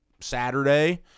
Saturday